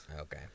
Okay